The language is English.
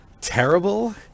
terrible